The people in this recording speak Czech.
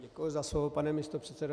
Děkuji za slovo, pane místopředsedo.